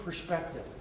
perspective